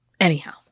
Anyhow